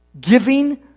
giving